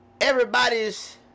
everybody's